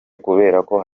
kuberako